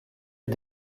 est